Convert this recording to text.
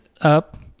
up